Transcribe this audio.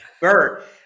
Bert